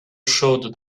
showed